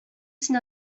син